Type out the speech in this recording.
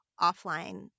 offline